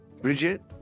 Bridget